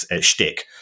shtick